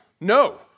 No